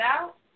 out